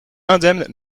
indemne